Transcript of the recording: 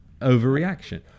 overreaction